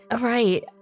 Right